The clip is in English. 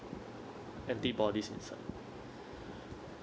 antibodies inside